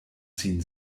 ziehen